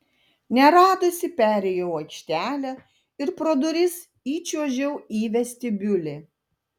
neradusi perėjau aikštelę ir pro duris įčiuožiau į vestibiulį